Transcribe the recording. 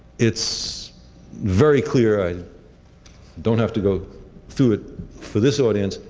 it's very clear, i don't have to go through it for this audience,